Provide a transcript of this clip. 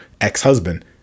ex-husband